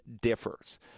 differs